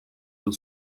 yıl